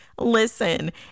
listen